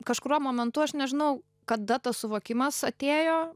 kažkuriuo momentu aš nežinau kada tas suvokimas atėjo